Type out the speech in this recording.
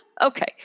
Okay